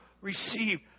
receive